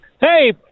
Hey